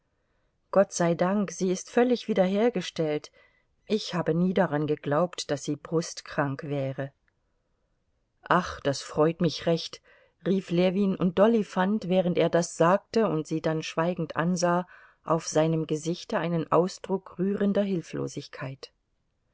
gott sei dank sie ist völlig wiederhergestellt ich habe nie daran geglaubt daß sie brustkrank wäre ach das freut mich recht rief ljewin und dolly fand während er das sagte und sie dann schweigend ansah auf seinem gesichte einen ausdruck rührender hilflosigkeit